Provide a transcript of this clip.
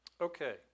Okay